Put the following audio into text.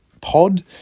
pod